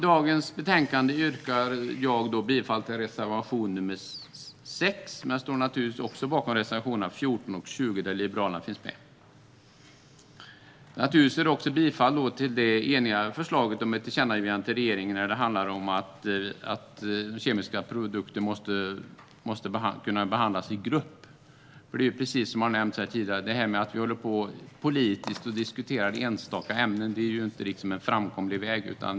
Jag yrkar bifall till reservation 6 i betänkandet, men jag står naturligtvis även bakom reservationerna 14 och 20 där Liberalerna finns med. Jag yrkar också bifall till det eniga förslaget om ett tillkännagivande till regeringen när det handlar om att kemiska produkter måste kunna behandlas i grupp. Som har nämnts här tidigare är det inte en framkomlig väg att vi politiskt diskuterar enstaka ämnen.